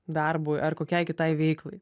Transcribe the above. darbui ar kokiai kitai veiklai